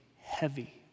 heavy